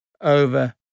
over